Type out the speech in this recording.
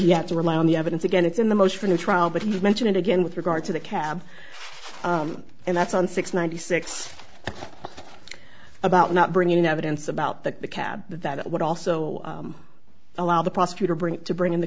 he had to rely on the evidence again it's in the most from the trial but he did mention it again with regard to the cab and that's on six ninety six about not bringing in evidence about the cab that would also allow the prosecutor bring to bring in the